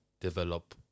develop